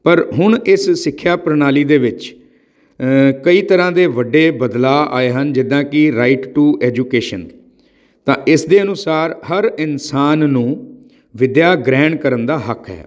ਪਰ ਹੁਣ ਇਸ ਸਿੱਖਿਆ ਪ੍ਰਣਾਲੀ ਦੇ ਵਿੱਚ ਕਈ ਤਰ੍ਹਾਂ ਦੇ ਵੱਡੇ ਬਦਲਾਅ ਆਏ ਹਨ ਜਿੱਦਾਂ ਕਿ ਰਾਈਟ ਟੂ ਐਜੂਕੇਸ਼ਨ ਤਾਂ ਇਸ ਦੇ ਅਨੁਸਾਰ ਹਰ ਇਨਸਾਨ ਨੂੰ ਵਿੱਦਿਆ ਗ੍ਰਹਿਣ ਕਰਨ ਦਾ ਹੱਕ ਹੈ